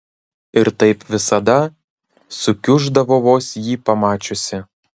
ir taip visada sukiuždavo vos jį pamačiusi